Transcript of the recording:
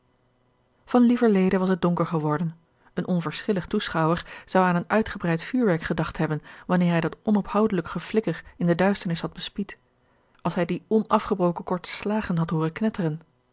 van lieverlede was het donker geworden een onverschillig toegeorge een ongeluksvogel schouwer zou aan een uitgebreid vuurwerk gedacht hebben wanneer hij dat onophoudelijk geflikker in de duisternis had bespied als hij die onafgebroken korte slagen had hooren knetteren